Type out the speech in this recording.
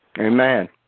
Amen